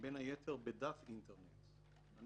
בין היתר, בדף אינטרנט שיועד לשם כך.